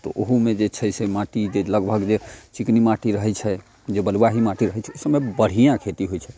तऽ ओहुमे जे छै से माटी जे लगभग जे चिकनी माटि रहैत छै जे बलुआही माटी रहैत छै ओहि सबमे बढ़िआँ खेती होयत छै